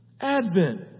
Advent